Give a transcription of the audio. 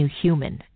human